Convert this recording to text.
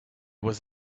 was